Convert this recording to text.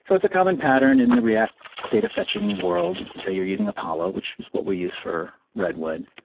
so it's a common pattern in the react data fetching world. say you're using apollo, which is what we use for redwood,